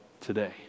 today